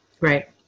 Right